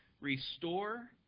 restore